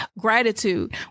gratitude